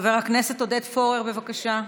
חבר הכנסת עודד פורר, בבקשה.